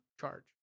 charge